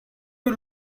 you